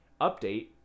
Update